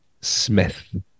Smith